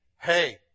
hey